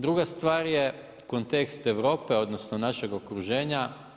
Druga stvar je kontekst Europe, odnosno, našeg okruženja.